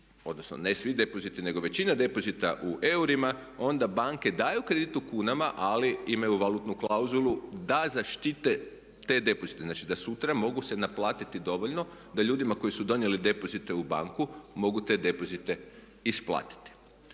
odnosno ne svi depoziti nego većina depozita u eurima, onda banke daju kredit u kunama, ali imaju valutnu klauzulu da zaštite te depozite. Znači, da sutra mogu se naplatiti dovoljno da ljudima koji su donijeli depozite u banku mogu te depozite isplatiti.